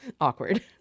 awkward